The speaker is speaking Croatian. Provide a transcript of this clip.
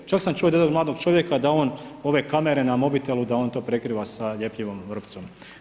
Čak sam čuo od jednog mladog čovjeka, da on, ove kamere na mobitelu, da on to prekriva sa ljepljivom vrpcom.